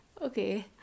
Okay